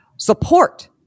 Support